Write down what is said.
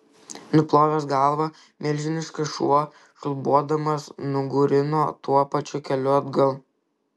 nuplovęs galvą milžiniškas šuo šlubuodamas nugūrino tuo pačiu keliu atgal